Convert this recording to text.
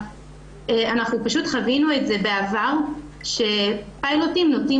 אנחנו פשוט חווינו את זה בעבר שפיילוטים נוטים